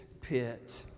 pit